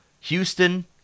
Houston